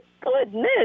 Goodness